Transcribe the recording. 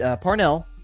Parnell